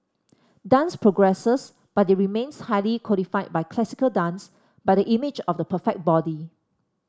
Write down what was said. dance progresses but it remains highly codified by classical dance by the image of the perfect body